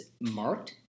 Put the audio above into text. Marked